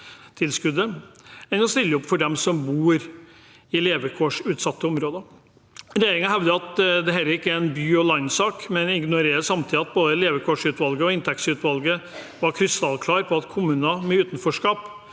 enn å stille opp for dem som bor i levekårsutsatte områder. Regjeringen hevder at dette ikke er en sak om by og land, men ignorerer samtidig at både levekårsutvalget og inntektssystemutvalget var krystallklare på at kommuner med utenforskap,